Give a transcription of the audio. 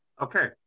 Okay